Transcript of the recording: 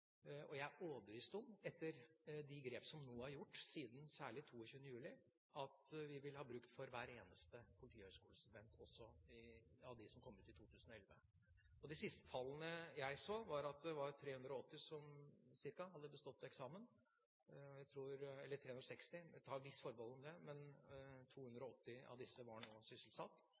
og glad da vi fikk tallene for 2010-kullet, hvor sysselsettingsgraden er på 95 pst. Det er ikke så mange andre profesjonsutdanninger som når så høyt. Etter de grep som nå er gjort, særlig siden 22. juli, er jeg overbevist om at vi vil ha bruk for hver eneste politihøyskolestudent, også de som kom ut i 2011. De siste tallene jeg så, var at ca. 360 hadde bestått eksamen – jeg tar et visst forbehold om det